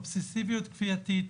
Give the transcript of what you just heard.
אובססיביות כפייתית,